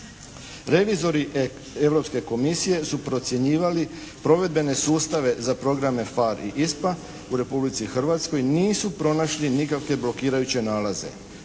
Revizori Europske Komisije su procjenjivali provedbene sustave za programe PHARE i ISPA u Republici Hrvatskoj nisu pronašli nikakve blokirajuće nalaze.